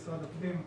משרד הפנים,